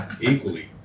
equally